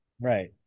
right